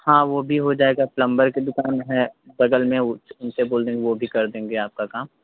हाँ वो भी हो जाएगा प्लंबर की दुकान है बगल में उसे उनसे बोल देंगे वो भी कर देंगे आपका काम